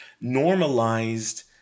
normalized